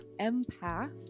empath